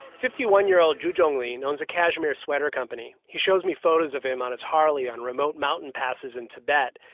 fifty one year old zhu zhongling owns a cashmere sweater company. he shows me photos of him on his harley on remote mountain passes in tibet,